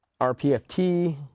RPFT